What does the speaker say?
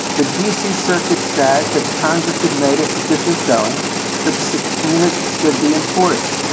the d c. circuit said that congress had made a sufficient showing that the subpoenas should be enforced.